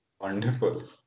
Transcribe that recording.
Wonderful